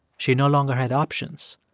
she no longer had options.